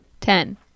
Ten